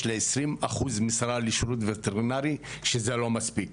יש לי 20% משרה לשירות וטרינרי שזה לא מספיק.